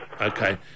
okay